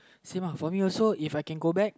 same ah for me also If I can go back